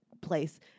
place